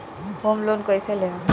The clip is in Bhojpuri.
होम लोन कैसे लेहम?